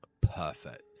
Perfect